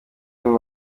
b’ubu